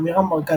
עמירם ברקת,